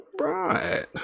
Right